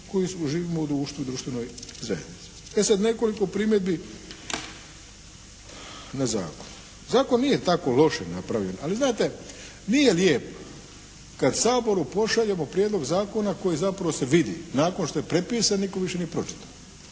koji živimo u društvu i društvenoj zajednici. E sad nekoliko primjedbi na zakon. Zakon nije tako loše napravljen, ali znate nije lijepo kad Saboru pošaljemo prijedlog zakona koji zapravo se vidi nakon što je prepisan, nitko više nije pročitao.